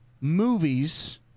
movies